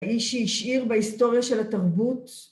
איש שהשאיר בהיסטוריה של התרבות...